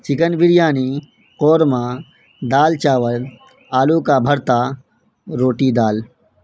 chicken biryani korma دال چاول آلو کا بھرتا روٹی دال